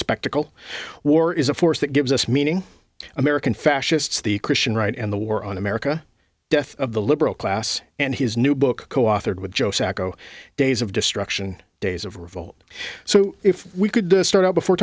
spectacle war is a force that gives us meaning american fascists the christian right and the war on america death of the liberal class and his new book coauthored with joe sacco days of destruction days of revolt so if we could start out before